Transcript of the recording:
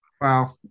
Wow